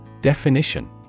Definition